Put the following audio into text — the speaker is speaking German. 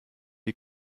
die